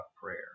prayer